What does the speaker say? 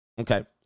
okay